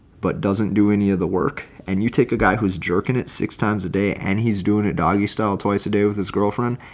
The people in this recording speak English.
but doesn't do any of the work, and you take a guy who's jerking it six times a day, and he's doing a doggy style twice a day with his girlfriend,